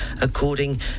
according